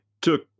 took